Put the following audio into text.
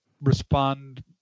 respond